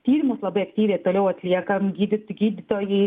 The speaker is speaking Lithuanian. tyrimus labai aktyviai toliau atliekam gydyt gydytojai